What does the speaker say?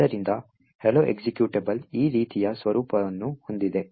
ಆದ್ದರಿಂದ hello executable ಈ ರೀತಿಯ ಸ್ವರೂಪವನ್ನು ಹೊಂದಿದೆ